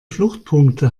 fluchtpunkte